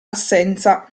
assenza